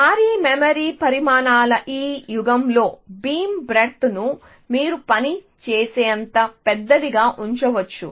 భారీ మెమరీ పరిమాణాల ఈ యుగంలో బీమ్ బ్రేడ్త్ ను మీరు పని చేసేంత పెద్దదిగా ఉంచవచ్చు